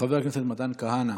חבר הכנסת מתן כהנא,